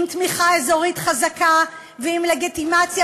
עם תמיכה אזורית חזקה ועם לגיטימציה